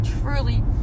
truly